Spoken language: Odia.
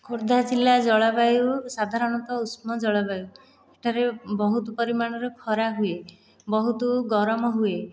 ଖୋର୍ଦ୍ଧା ଜିଲ୍ଲା ଜଳବାୟୁ ସାଧାରଣତଃ ଉଷ୍ମ ଜଳବାୟୁ ଏଠାରେ ବହୁତ ପରିମାଣର ଖରା ହୁଏ ବହୁତ ଗରମ ହୁଏ